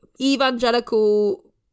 evangelical